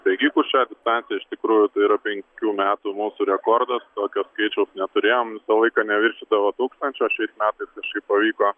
bėgikų šią distanciją iš tikrųjų tai yra penkių metų mūsų rekordas tokio skaičiaus neturėjom visą laiką neviršydavo tūkstančio o šiais metais kažkaip pavyko